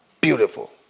Beautiful